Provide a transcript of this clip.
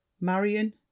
marion